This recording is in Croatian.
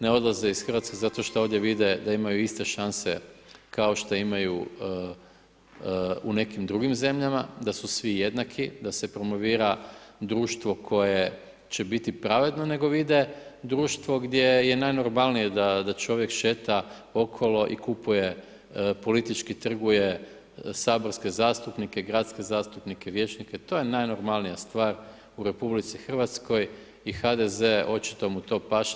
Ne odlaze iz Hrvatske zato što ovdje vide da imaju iste šanse kao što imaju u nekim drugim zemljama da su svi jednaki, da se promovira društvo koje će biti pravedno, nego vide društvo gdje je najnormalnije da čovjek šeta okolo i kupuje politički trguje saborske zastupnike, gradske zastupnike, vijećnike to je najnormalnija stvar u Republici Hrvatskoj i HDZ-e očito mu to paše.